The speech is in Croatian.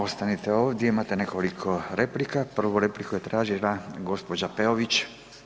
Ostanite ovdje, imate nekoliko replika, prvu repliku je tražila gđa. Peović.